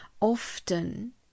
often